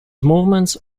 movements